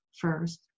first